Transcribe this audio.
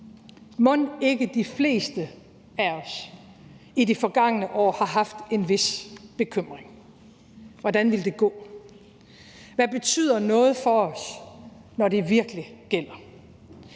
Mon ikke de fleste af os i de forgangne år har haft en vis bekymring. Hvordan ville det gå? Hvad betyder noget for os, når det virkelig gælder?